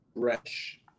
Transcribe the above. fresh